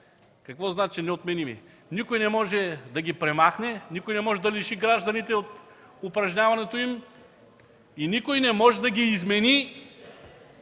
Какво значи „неотменими”? Никой не може да ги премахне, никой не може да лиши гражданите от упражняването им и никой не може да ги измени,